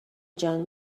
جان